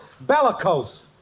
bellicose